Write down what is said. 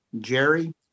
Jerry